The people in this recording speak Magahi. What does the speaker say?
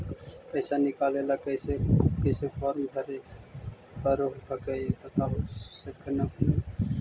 पैसा निकले ला कैसे कैसे फॉर्मा भरे परो हकाई बता सकनुह?